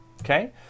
okay